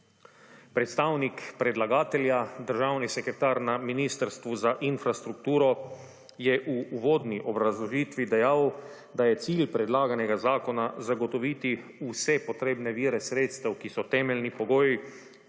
Predstavnik predlagatelja, državni sekretar na Ministrstvu za infrastrukturo, je v uvodni obrazložitvi dejal, da je cilj predlaganega zakona zagotoviti vse potrebne vire sredstev, ki so temeljni pogoj